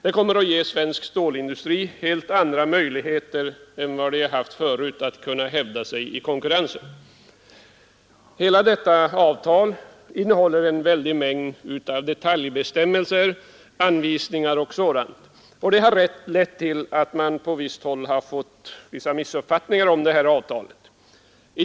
Det kommer att ge svensk stålindustri helt andra möjligheter än den hittills haft att hävda sig i konkurrensen. Hela detta avtal innehåller en väldig mängd detaljbestämmelser, anvisningar och sådant. Detta har lett till att det på en del håll uppstått vissa missuppfattningar om detta avtal.